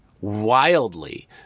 wildly